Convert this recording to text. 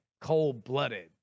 cold-blooded